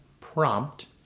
prompt